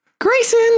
Grayson